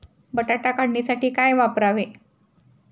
बटाटा काढणीसाठी काय वापरावे?